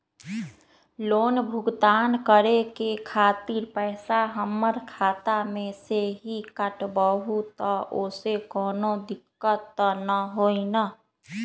Loan भुगतान करे के खातिर पैसा हमर खाता में से ही काटबहु त ओसे कौनो दिक्कत त न होई न?